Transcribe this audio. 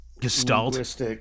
gestalt